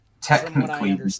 Technically